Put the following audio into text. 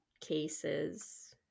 cases